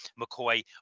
McCoy